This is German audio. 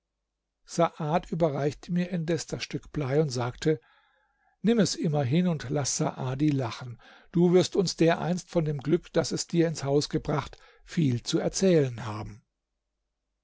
saad überreichte mir indes das stück blei und sagte nimm es immerhin und laß saadi lachen du wirst uns dereinst von dem glück das es dir ins haus gebracht viel zu erzählen haben